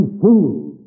fools